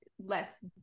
less